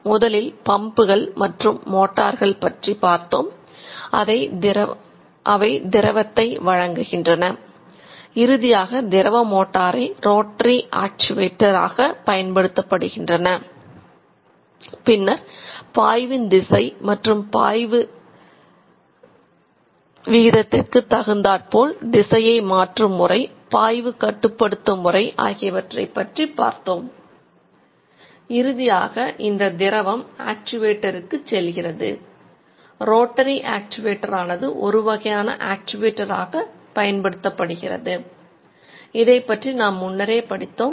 முதலில் பம்புகள் மற்றும் மோட்டார்கள் பற்றி பார்ப்போம்